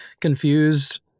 confused